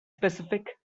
specific